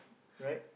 right